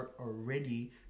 already